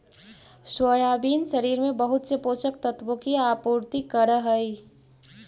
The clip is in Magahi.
सोयाबीन शरीर में बहुत से पोषक तत्वों की आपूर्ति करअ हई